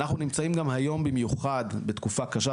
אנחנו נמצאים גם היום במיוחד בתקופה קשה,